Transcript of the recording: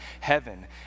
heaven